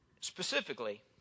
Specifically